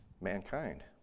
Mankind